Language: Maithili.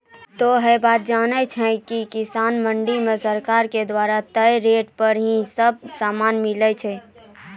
तोहों है बात जानै छो कि किसान मंडी मॅ सरकार के द्वारा तय रेट पर ही सब सामान मिलै छै